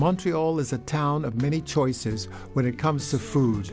montreal is a town of many choices when it comes to food